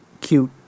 cute